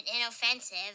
inoffensive